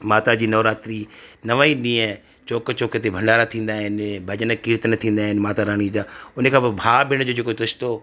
माता जी नवरात्रि नव ई ॾींहं चौंक चौंक ते भंडारा थींदा आहिनि भॼन कीर्तन थींदा आहिनि माता राणी जा उन खां पोइ भाउ भेण जो जेको रिश्तो